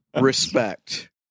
Respect